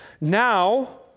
Now